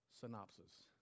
synopsis